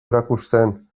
erakusten